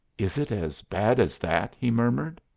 is it as bad as that? he murmured.